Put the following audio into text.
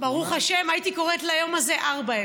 ברוך השם, הייתי קוראת ליום הזה 0:4,